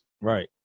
Right